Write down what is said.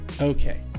Okay